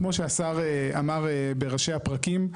כמו שהשר אמר בראשי הפרקים,